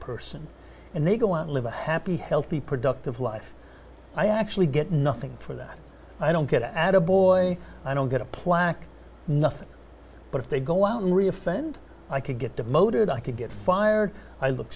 person and they go and live a happy healthy productive life i actually get nothing for that i don't get to add a boy i don't get a plaque nothing but if they go out and re offend i could get demoted i could get fired i look